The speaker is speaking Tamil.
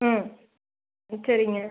ம் சரிங்க